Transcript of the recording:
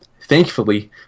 Thankfully